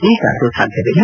ಈಗ ಅದು ಸಾಧ್ಯವಿಲ್ಲ